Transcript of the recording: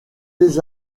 des